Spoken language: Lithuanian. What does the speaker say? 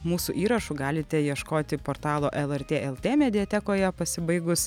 mūsų įrašų galite ieškoti portalo lrt lt mediatekoje pasibaigus